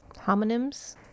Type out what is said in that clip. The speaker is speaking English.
homonyms